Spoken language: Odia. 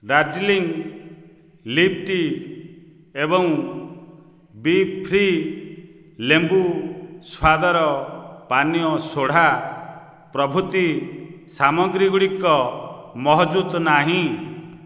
ଦାର୍ଜିଲିଂ ଲିଫ୍ ଟି ଏବଂ ବିଫ୍ରି ଲେମ୍ବୁ ସ୍ୱାଦର ପାନୀୟ ସୋଡ଼ା ପ୍ରଭୃତି ସାମଗ୍ରୀ ଗୁଡ଼ିକ ମହଜୁଦ ନାହିଁ